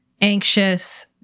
anxious